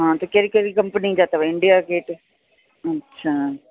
हा त कहिड़ी कहिड़ी कंपनी जा अथव इंडिया गेट अछा